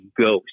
ghost